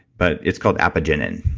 but it's called apigenin.